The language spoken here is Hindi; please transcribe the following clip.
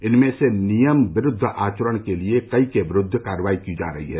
इनमें से नियम विरूद्व आचरण के लिए कई के विरूद्व कार्रवाई की जा रही है